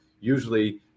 usually